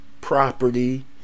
property